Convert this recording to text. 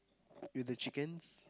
with the chickens